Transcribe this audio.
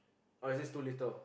or is this too little